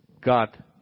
God